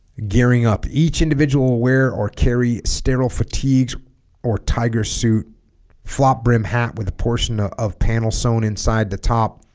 gearing up each individual will wear or carry sterile fatigue or tiger suit flop brim hat with a portion ah of panel sewn inside the top